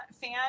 fan